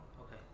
Okay